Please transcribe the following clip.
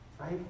Right